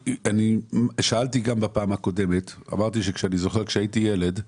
בדיון הקודם שאלתי ואמרתי שאני זוכר שכשהייתי ילד,